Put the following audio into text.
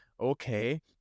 Okay